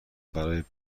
برای